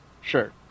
Sure